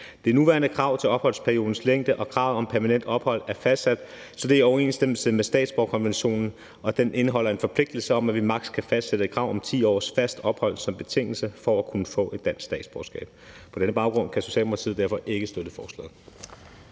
Det nuværende krav til opholdsperiodens længde og kravet om permanent ophold er fastsat, så det er i overensstemmelse med statsborgerkonventionen, og den indeholder en forpligtelse om, at vi maks. kan fastsætte krav om 10 års fast ophold som betingelse for at kunne få dansk statsborgerskab. På denne baggrund kan Socialdemokratiet derfor ikke støtte forslaget.